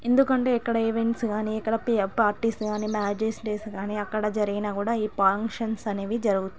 ఎందుకంటే ఎక్కడ ఈవెంట్స్ కాని ఎక్కడ పే పార్టీస్ కాని డేస్ కాని అక్కడ జరిగిన కూడా ఈ ఫంక్షన్స్ అనేవి జరుగు